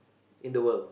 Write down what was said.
in the world